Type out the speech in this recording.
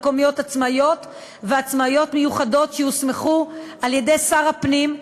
מקומיות עצמאיות ועצמאיות מיוחדות שיוסמכו על-ידי שר הפנים,